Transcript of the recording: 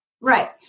Right